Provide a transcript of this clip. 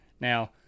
Now